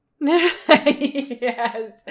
Yes